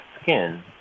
skin